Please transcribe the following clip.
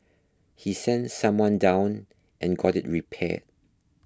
he sent someone down and got it repaired